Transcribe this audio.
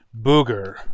Booger